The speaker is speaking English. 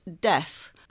death